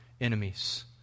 enemies